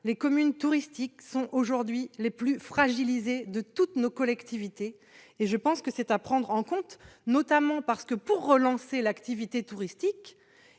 les communes touristiques sont aujourd'hui les plus fragilisées de toutes nos collectivités. Il convient de prendre en compte cet aspect. En effet, pour relancer l'activité touristique,